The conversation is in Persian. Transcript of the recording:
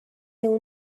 اون